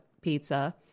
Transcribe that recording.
pizza